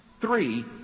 Three